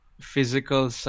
physical